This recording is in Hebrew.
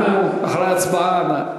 אנחנו נקבע אחרי ההצבעה.